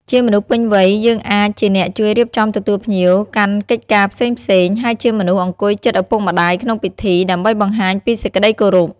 ជាមនុស្សពេញវ័យ យើងអាចជាអ្នកជួយរៀបចំទទួលភ្ញៀវ កាន់កិច្ចការផ្សេងៗ ហើយជាមនុស្សអង្គុយជិតឪពុកម្ដាយក្នុងពិធី ដើម្បីបង្ហាញពីសេចក្ដីគោរព។